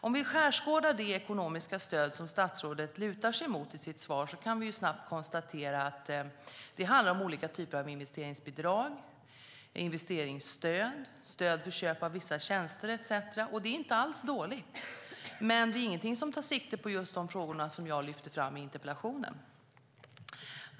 Om vi skärskådar vi de ekonomiska stöd som statsrådet lutar sig mot i sitt svar kan vi snabbt konstatera att det handlar om olika typer av investeringsbidrag, investeringsstöd och stöd för köp av vissa tjänster etcetera. Det är inte alls dåligt, men det är inget som tar sikte på just de frågor som jag lyfte fram i interpellationen.